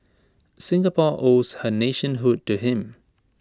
Singapore owes her nationhood to him